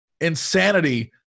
insanity